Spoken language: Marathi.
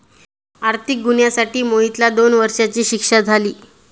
आर्थिक गुन्ह्यासाठी मोहितला दोन वर्षांची शिक्षा झाली